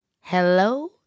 Hello